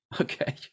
okay